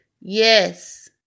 Yes